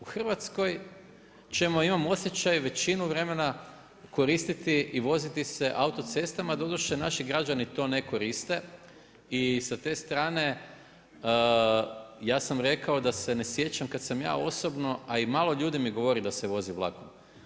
U Hrvatskoj ćemo imam osjećaj, većinu vremena koristiti i voziti se autocestama, doduše, naši građani to ne koriste i sa te strane ja sam rekao da se ne sjećam kad sam ja osobno, a i malo ljudi mi govori da se vozi vlakom.